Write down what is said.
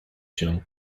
się